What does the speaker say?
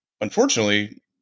unfortunately